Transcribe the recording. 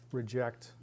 reject